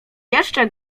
jeszcze